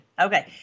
Okay